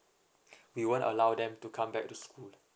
we won't allow them to come back to school